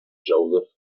joseph